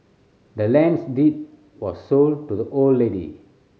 the land's deed was sold to the old lady